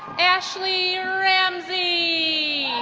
ashley ramsey.